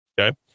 okay